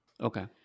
Okay